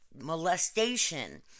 molestation